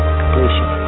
completion